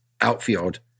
outfield